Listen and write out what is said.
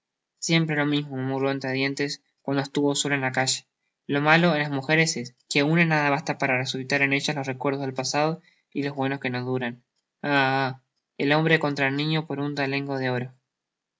siempre lo mismo murmuró entre dientes cuando estuvo solo en la calle lo malo en las mugeres es que un nada basta para resucitar en ellas los recuerdos del pasado y lo bueno que no duran ha ha el hombre contra el niño por un talego de oro